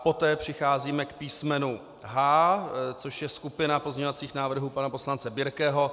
Poté přicházíme k písmenu H, což je skupina pozměňovacích návrhů pana poslance Birkeho.